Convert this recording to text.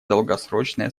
долгосрочная